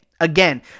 Again